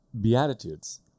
beatitudes